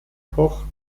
koch